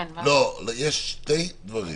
לא, יש שני דברים.